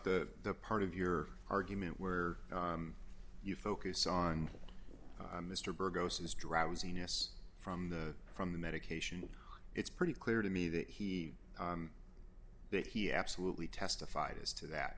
the the part of your argument where you focus on mr burgos as drowsiness from the from the medication it's pretty clear to me that he did he absolutely testified as to that